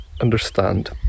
understand